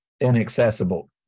inaccessible